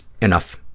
enough